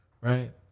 Right